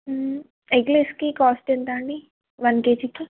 eggless cake cost ఎంతా అండి one కేజీకి